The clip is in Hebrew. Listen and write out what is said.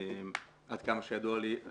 עד כמה שידוע לי,